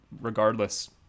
regardless